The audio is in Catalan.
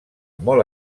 molt